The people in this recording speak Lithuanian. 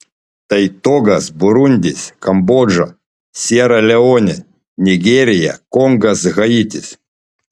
tai togas burundis kambodža siera leonė nigerija kongas haitis